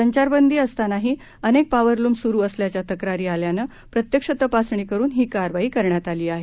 संचारबंदी असतानाही अनेक पॅवर लूम सुरू असल्याच्या तक्रारी आल्याने प्रत्यक्ष तपासणी करून ही कारवाई करण्यात आली आहे